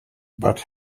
but